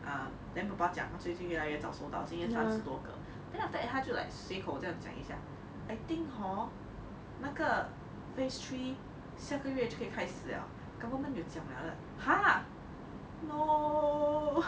ah then 爸爸讲最近越来越早送到今天三十多个 then after that 他就 like 随口这样讲一下 I think hor 那个 phase three 下个月就可以开始了 government 又讲了 then I am like !huh! no